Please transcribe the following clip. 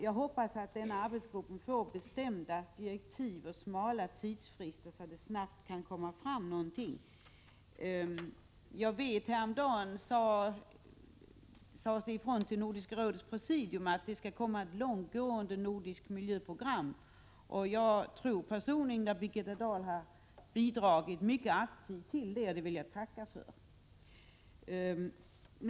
Jag hoppas att denna arbetsgrupp får bestämda direktiv och korta tidsfrister så att det snabbt kan komma fram någonting. Häromdagen sades det till Nordiska rådets presidium att det skulle komma ett långtgående nordiskt miljöprogram. Jag tror personligen att Birgitta Dahl mycket aktivt har bidragit till detta, och det vill jag tacka för.